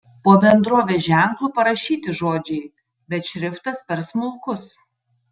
po bendrovės ženklu parašyti žodžiai bet šriftas per smulkus